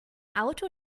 auto